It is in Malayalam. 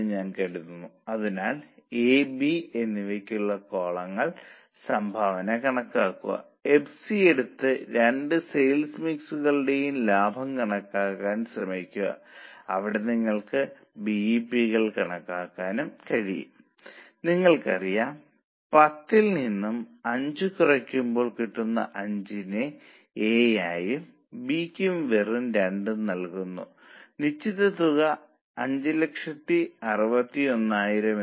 നിങ്ങൾ ഇത് x ആയി കണക്കാക്കുക അത് 4 x ആയി ലഭിക്കും കാരണം തൊഴിൽ നിരക്ക് ഇപ്പോൾ 4 ആകും തൊഴിൽ ചെലവ് 2 ആണെന്ന് കരുതുക അത് 4 x ആയിരിക്കും